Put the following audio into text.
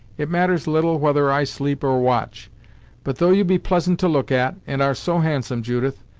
it matters little whether i sleep or watch but though you be pleasant to look at, and are so handsome, judith,